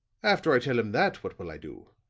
after i tell him that, what will i do?